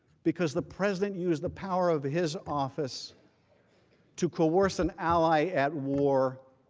because the president used the power of his office to coerce an ally at war